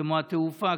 כמו התעופה,